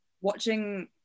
watching